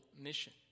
mission